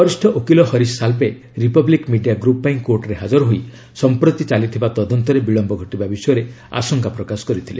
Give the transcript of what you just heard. ବରିଷ୍ଠ ଓକିଲ Harish Salve Republic Media Group ପାଇଁ କୋର୍ଟରେ ହାଜର ହୋଇ ସଂପ୍ରତି ଚାଲିଥିବା ତଦନ୍ତରେ ବିଳମ୍ବ ଘଟିବା ବିଷୟରେ ଆଶଙ୍କା ପ୍ରକାଶ କରିଥିଲେ